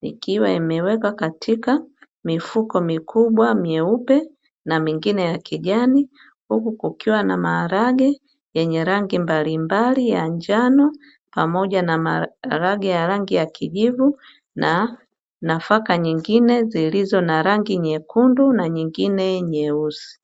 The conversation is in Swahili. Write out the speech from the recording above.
ikiwa imewekwa katika mifuko mikubwa myeupe na mengine ya kijani, huku kukiwa na maharage yenye rangi mbalimbali ya njano, pamoja na maharage ya rangi ya kijivu, na nafaka nyingine zilizo na rangi nyekundu na nyingine nyeusi.